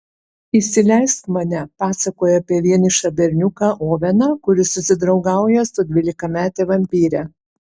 įsileisk mane pasakoja apie vienišą berniuką oveną kuris susidraugauja su dvylikamete vampyre